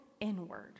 inward